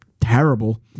terrible